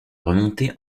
remontée